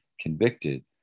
convicted